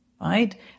right